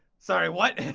sorry, what?